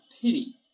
pity